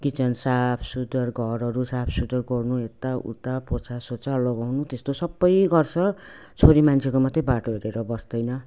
kitchen साफसुग्घर घरहरू साफसुग्घर गर्नु यताउता पोछासोछा लगाउनु त्यस्तो सबै गर्छ छोरी मान्छेको मात्रै बाटो हेरेर बस्दैन